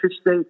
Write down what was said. state